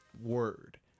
word